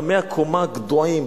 רמי-הקומה גדועים,